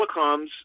telecoms